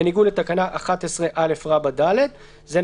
בניגוד לתקנה 11א(ד); זה,